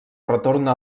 retorna